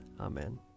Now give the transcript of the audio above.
Amen